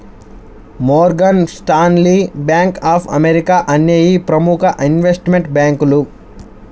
Morgan Stanley, bank of America అనేయ్యి ప్రముఖ investment బ్యేంకులు